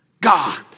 God